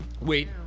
Wait